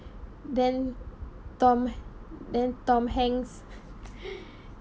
then tom then tom hanks